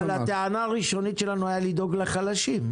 אבל הטענה הראשונית שלנו הייתה לדאוג לחלשים.